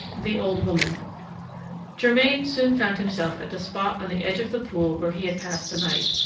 the old woman germain soon found himself at the spot on the edge of the pool where he had passed the night.